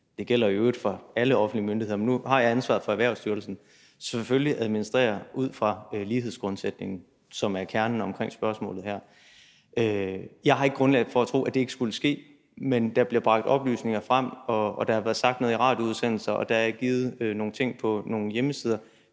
det gælder i øvrigt for alle offentlige myndigheder, men nu har jeg ansvaret for Erhvervsstyrelsen – selvfølgelig administrerer ud fra lighedsgrundsætningen, som er kernen i spørgsmålet her. Jeg har ikke grundlag for at tro, at det ikke skulle ske. Men der bliver bragt oplysninger frem, og der har været sagt noget i radioudsendelser, og der er bragt nogle ting på nogle hjemmesider,